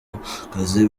abapfakazi